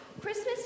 Christmas